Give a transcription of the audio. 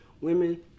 women